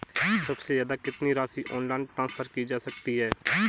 सबसे ज़्यादा कितनी राशि ऑनलाइन ट्रांसफर की जा सकती है?